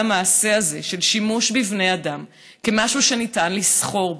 ועל המעשה הזה של שימוש בבני אדם כמשהו שניתן לסחור בו.